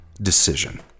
decision